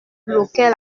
bloquait